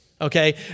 okay